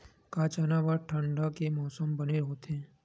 का चना बर ठंडा के मौसम बने होथे?